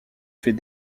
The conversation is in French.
fait